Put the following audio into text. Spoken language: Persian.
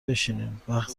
بشینین، وقت